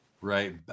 Right